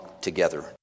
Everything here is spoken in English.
together